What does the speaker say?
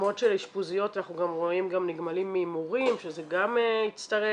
במקומות של אשפוזיות אנחנו רואים גם נגמלים מהימורים שזה גם הצטרף.